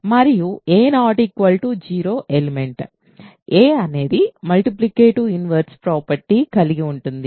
మరియు a 0 element a అనేది multiplicative inverse property కలిగి ఉంటుంది